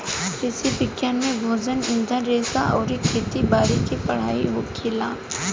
कृषि विज्ञान में भोजन, ईंधन रेशा अउरी खेती बारी के पढ़ाई होखेला